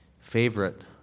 favorite